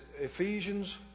Ephesians